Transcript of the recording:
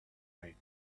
night